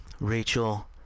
Rachel